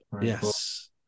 Yes